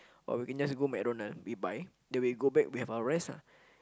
or we can just go McDonald's we buy then we go back we have our rest ah